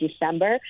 December